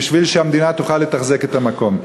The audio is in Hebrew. כדי שהמדינה תוכל לתחזק את המקום.